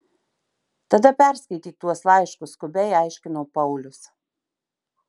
tada perskaityk tuos laiškus skubiai aiškino paulius